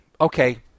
okay